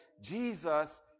Jesus